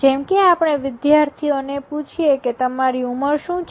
જેમકે આપણે વિદ્યાર્થીઓ ને પૂછીએ કે તમારી ઉંમર શુ છે